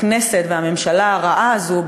שהכנסת והממשלה הרעה הזאת,